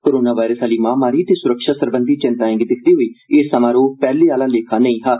corona virus आली महामारी ते सुरक्षा सरबंधी चिन्ताएं गी दिक्खदे होई एह् समारोह पैहले आहला लेखा नेईं हा